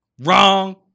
Wrong